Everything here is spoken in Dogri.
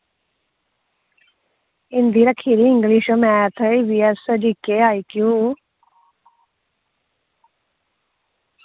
हिंदी रक्खी दी English math EVS GK IQ